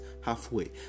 halfway